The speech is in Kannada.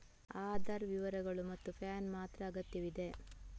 ಆಧಾರ್ ವಿವರಗಳು ಮತ್ತು ಪ್ಯಾನ್ ಮಾತ್ರ ಅಗತ್ಯವಿದೆ